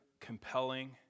compelling